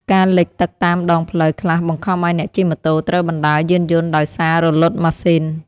ការលិចទឹកតាមដងផ្លូវខ្លះបង្ខំឱ្យអ្នកជិះម៉ូតូត្រូវបណ្ដើរយានយន្តដោយសាររលត់ម៉ាស៊ីន។